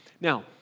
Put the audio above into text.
Now